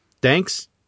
Thanks